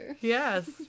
Yes